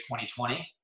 2020